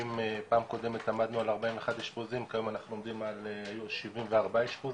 אם פעם קודמת עמדנו על 41 אשפוזים כיום אנחנו עומדים על 74 אשפוזים.